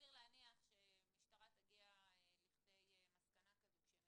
סביר להניח שמשטרה תגיע למסקנה כזו כשהם